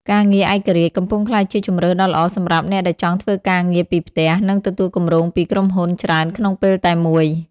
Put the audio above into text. ការងារឯករាជ្យ កំពុងក្លាយជាជម្រើសដ៏ល្អសម្រាប់អ្នកដែលចង់ធ្វើការងារពីផ្ទះ និងទទួលគម្រោងពីក្រុមហ៊ុនច្រើនក្នុងពេលតែមួយ។